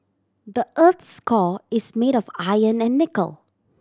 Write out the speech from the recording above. the earth's core is made of iron and nickel